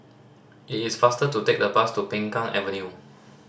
it is faster to take the bus to Peng Kang Avenue